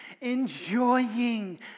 enjoying